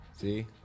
See